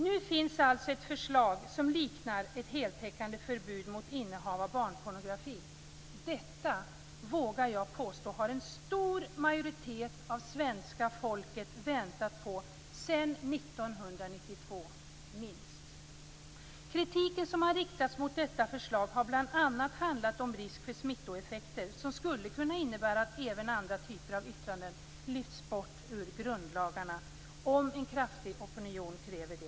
Nu finns alltså ett förslag som liknar ett heltäckande förbud mot innehav av barnpornografi. Jag vågar påstå att en stor majoritet av svenska folket har väntat på detta sedan 1992 - minst. Kritiken som har riktats mot detta förslag har bl.a. handlat om risk för smittoeffekter, som skulle kunna innebära att även andra typer av yttranden lyfts bort ur grundlagarna om en kraftig opinion kräver det.